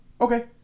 Okay